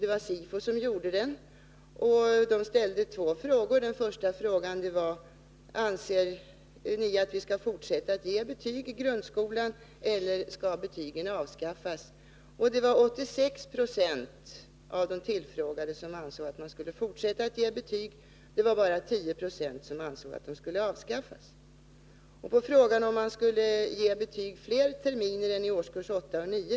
Två frågor ställdes, och den första frågan löd: Anser ni att man skall fortsätta att ge betyg i grundskolan, eller anser ni att betygen skall avskaffas? 86 260 av de tillfrågade ansåg att man skulle fortsätta att ge betyg. Endast 10 96 ansåg att betygen skulle avskaffas. Den andra frågan gällde huruvida man skulle ge betyg fler terminer än i årskurs 8 och 9.